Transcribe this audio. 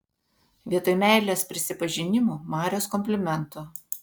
vietoj meilės prisipažinimų marios komplimentų